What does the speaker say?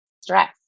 stress